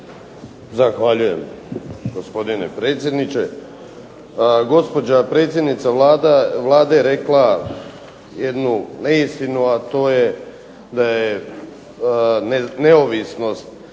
Zahvaljujem gospodine predsjedniče. Pa gospođa predsjednica Vlade je rekla jednu neistinu, a to je da je neovisnost